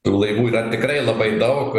tų laivų dar tikrai labai daug